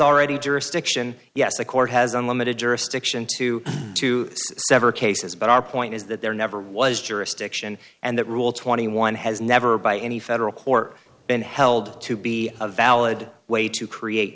already jurisdiction yes the court has unlimited jurisdiction to to sever cases but our point is that there never was jurisdiction and that rule twenty one has never by any federal court been held to be a valid way to create